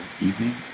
evening